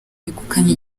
begukanye